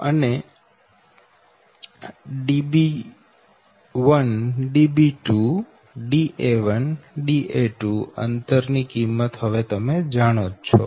અને Db1 Db2 Da1 Da2 અંતર ની કિમત તમે હવે જાણો જ છો